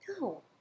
No